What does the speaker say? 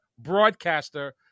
broadcaster